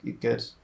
good